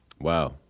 Wow